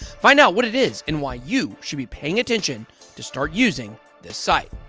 find out what it is and why you should be paying attention to start using this site.